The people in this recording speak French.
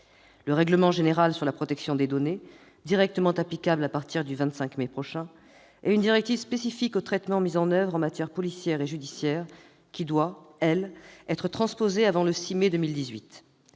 le règlement général sur la protection des données, directement applicable à partir du 25 mai 2018, et le second, une directive spécifique aux traitements mis en oeuvre en matière policière et judiciaire qui doit, elle, être transposée avant le 6 mai 2018.